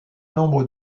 nombre